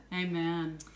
Amen